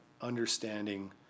understanding